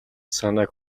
санааг